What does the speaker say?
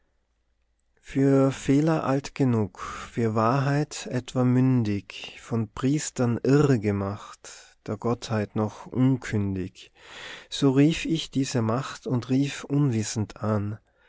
für fehler alt genug für wahrheit etwa mündig von priestern irr gemacht der gottheit noch unkündig so rief ich diese macht und rief unwissend an